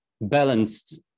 balanced